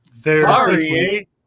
Sorry